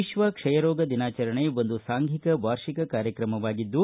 ವಿಶ್ವ ಕ್ಷಯರೋಗ ದಿನಾಚರಣೆ ಒಂದು ಸಾಂಘಿಕ ವಾರ್ಷಿಕ ಕಾರ್ಯಕ್ರಮವಾಗಿದ್ದು